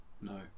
No